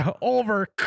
Over